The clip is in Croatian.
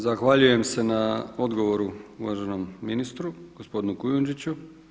Zahvaljujem se na odgovoru uvaženom ministru gospodinu Kujundžiću.